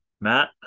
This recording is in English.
matt